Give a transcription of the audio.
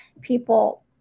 people